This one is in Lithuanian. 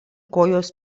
kojos